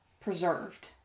preserved